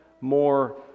More